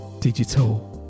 digital